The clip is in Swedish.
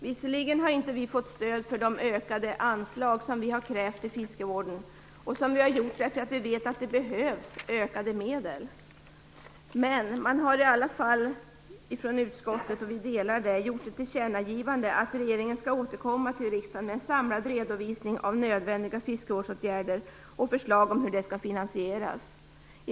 Visserligen har inte vi i Vänsterpartiet fått stöd för de ökade anslag till fiskevården vi krävt - och det har vi gjort därför att vi vet att ökade medel behövs - men utskottet har i alla fall gjort ett tillkännagivande att regeringen skall återkomma till riksdagen med en samlad redovisning av nödvändiga fiskevårdsåtgärder och förslag om hur de skall finansieras. Vi i Vänsterpartiet delar denna uppfattning.